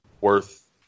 worth